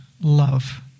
love